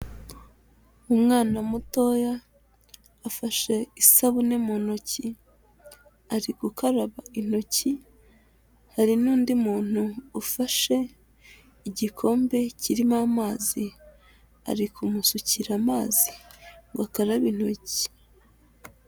Umwana mutoya, afashe isabune mu ntoki, ari gukaraba intoki, hari n'undi muntu ufashe igikombe kirimo amazi, ari kumusukira amazi, ngo akarabe intoki.